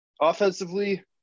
offensively